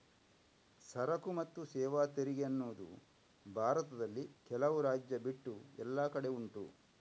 ಸರಕು ಮತ್ತು ಸೇವಾ ತೆರಿಗೆ ಅನ್ನುದು ಭಾರತದಲ್ಲಿ ಕೆಲವು ರಾಜ್ಯ ಬಿಟ್ಟು ಎಲ್ಲ ಕಡೆ ಉಂಟು